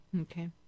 Okay